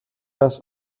است